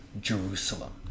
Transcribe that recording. Jerusalem